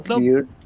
weird